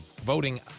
voting